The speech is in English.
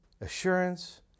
assurance